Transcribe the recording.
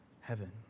heaven